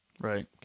Right